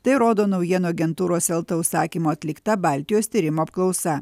tai rodo naujienų agentūros elta užsakymu atlikta baltijos tyrimų apklausa